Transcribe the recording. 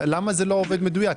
למה זה לא עובד מדויק?